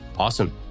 Awesome